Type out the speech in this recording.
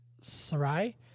Sarai